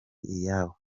iyabo